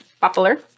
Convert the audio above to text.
Popular